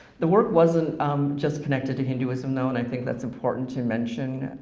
the work wasn't um just connected to hinduism though, and i think that's important to mention.